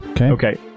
Okay